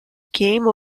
game